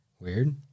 weird